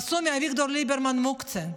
עשו מאביגדור ליברמן מוקצה,